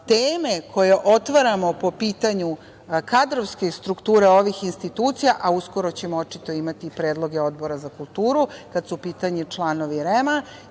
teme koje otvaramo po pitanju kadrovskih struktura ovih institucija, a uskoro ćemo očito imati predloge Odbora za kulturu kada su pitanju članovi REM-a